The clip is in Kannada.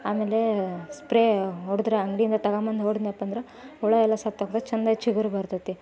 ಆಮೇಲೆ ಸ್ಪ್ರೇ ಹೊಡ್ದ್ರೆ ಅಂಗಡಿಯಿಂದ ತೆಗೊಂಡ್ಬಂದು ಹೊಡ್ದ್ನಪ್ಪ ಅಂದ್ರೆ ಹುಳು ಎಲ್ಲ ಸತ್ತೋಗ್ತದೆ ಚೆಂದ ಚಿಗುರು ಬರ್ತೈತಿ